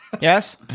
Yes